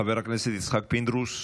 חבר הכנסת יצחק פינדרוס,